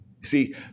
See